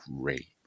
great